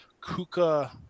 Kuka